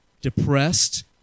depressed